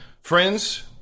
friends